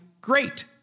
great